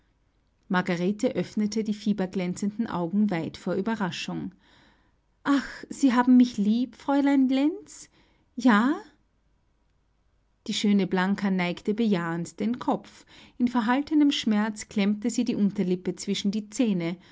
margarete öffnete die fieberglänzenden augen weit vor ueberraschung ach sie haben mich lieb fräulein lenz ja die schöne blanka neigte bejahend den kopf im verhaltenen schmerz klemmte sie die unterlippe zwischen die zähne